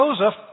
Joseph